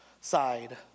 side